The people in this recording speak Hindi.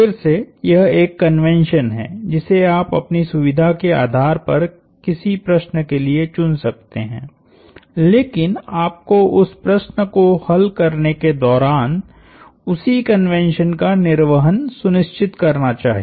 फिर से यह एक कन्वेंशन है जिसे आप अपनी सुविधा के आधार पर किसी प्रश्न के लिए चुन सकते हैं लेकिन आपको उस प्रश्न को हल करने के दौरान उसी कन्वेंशन का निर्वहन सुनिश्चित करना चाहिए